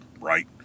right